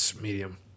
medium